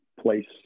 place